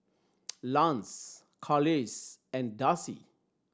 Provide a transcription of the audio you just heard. Lance Carlisle and Darcy